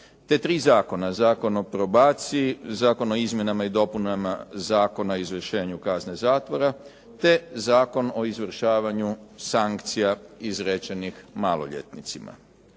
te tri zakona, Zakon o probaciji, Zakon o izmjenama i dopunama Zakona o izvršenju kazne zatvora te Zakon o izvršavanju sankcija izrečenih maloljetnicima.